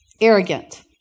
Arrogant